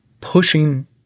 pushing